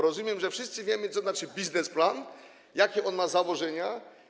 Rozumiem, że wszyscy wiemy, co znaczy biznesplan i jakie on ma założenia.